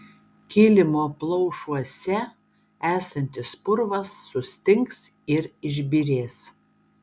kilimo plaušuose esantis purvas sustings ir išbyrės